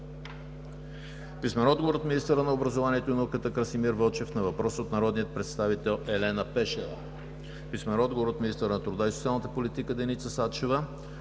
Андон Дончев; - министъра на образованието и науката Красимир Вълчев на въпрос от народния представител Елена Пешева; - министъра на труда и социалната политика Деница Сачева